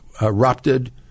erupted